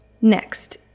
Next